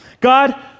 God